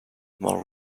more